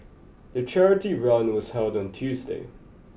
the charity run was held on Tuesday